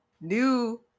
new